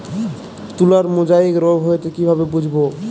তুলার মোজাইক রোগ হয়েছে কিভাবে বুঝবো?